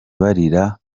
barira